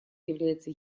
является